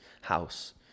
house